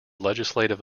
legislative